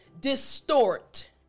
Distort